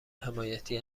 حمایتی